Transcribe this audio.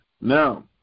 Now